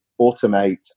automate